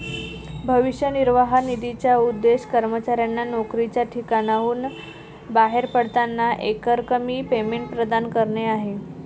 भविष्य निर्वाह निधीचा उद्देश कर्मचाऱ्यांना नोकरीच्या ठिकाणाहून बाहेर पडताना एकरकमी पेमेंट प्रदान करणे आहे